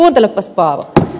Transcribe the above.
täällä sanotaan